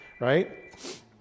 right